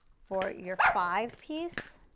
for your five piece